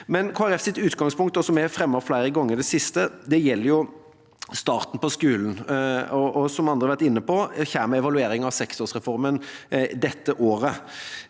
Folkepartis utgangspunkt, som vi har fremmet flere ganger i det siste, gjelder starten på skolen. Som andre har vært inne på, kommer evalueringen av seksårsreformen dette året.